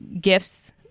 gifts